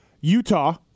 Utah